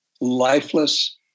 lifeless